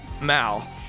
Mal